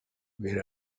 where